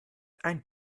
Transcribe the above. ein